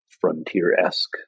frontier-esque